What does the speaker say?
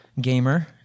gamer